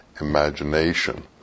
imagination